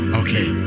okay